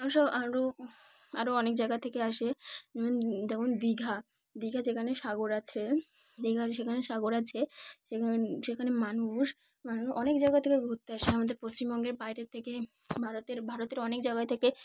এ সব আরও আরও অনেক জায়গা থেকে আসে যেমন দেখুন দীঘা দীঘা যেখানে সাগর আছে দীঘা সেখানে সাগর আছে সেখানে সেখানে মানুষ মু অনেক জায়গা থেকে ঘুরতে আসে আমাদের পশ্চিমবঙ্গের বাইরেের থেকে ভারতের ভারতের অনেক জায়গা থেকে